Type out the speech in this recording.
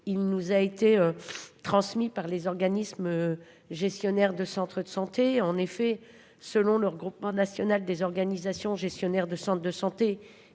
il nous a été. Transmis par les organismes gestionnaires de centres de santé en effet selon le Regroupement national des organisations gestionnaires de centres de santé